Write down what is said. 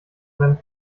seine